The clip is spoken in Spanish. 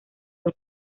del